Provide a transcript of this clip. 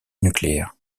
nucléaire